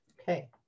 Okay